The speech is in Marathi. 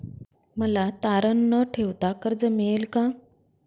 मला तारण न ठेवता कर्ज मिळेल का?